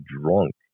drunk